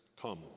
come